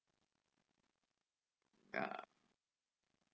ya